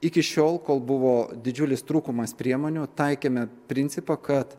iki šiol kol buvo didžiulis trūkumas priemonių taikėme principą kad